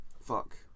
fuck